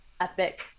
epic